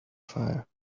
fire